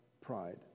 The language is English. pride